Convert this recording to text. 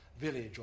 village